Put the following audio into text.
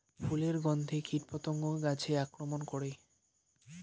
ফুলের গণ্ধে কীটপতঙ্গ গাছে আক্রমণ করে?